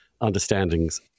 understandings